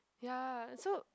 ya so